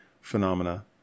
phenomena